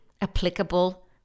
applicable